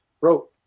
Bro